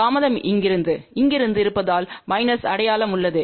தாமதம் இங்கிருந்து இங்கிருந்து இருப்பதால் மைனஸ் அடையாளம் உள்ளது